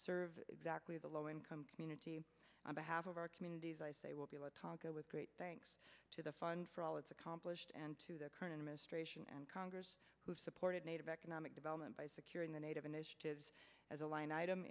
serve exactly the low income community on behalf of our communities i say will be let time go with great thanks to the fund for all it's accomplished and to the current administration and congress who supported native economic development by securing the native initiatives as a line item